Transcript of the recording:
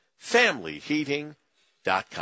familyheating.com